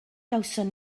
gawson